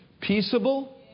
peaceable